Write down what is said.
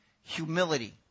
Humility